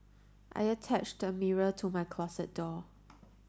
I attached a mirror to my closet door